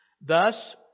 thus